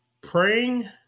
praying